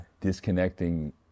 disconnecting